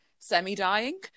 semi-dying